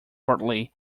partly